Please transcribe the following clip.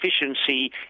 efficiency